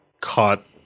caught